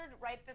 right